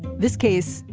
this case,